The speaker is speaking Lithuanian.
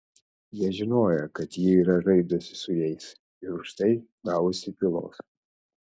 jie žinojo kad ji yra žaidusi su jais ir už tai gavusi pylos